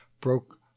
broke